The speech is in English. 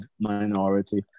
minority